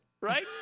right